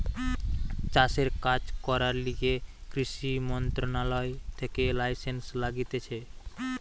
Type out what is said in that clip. চাষের কাজ করার লিগে কৃষি মন্ত্রণালয় থেকে লাইসেন্স লাগতিছে